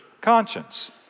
conscience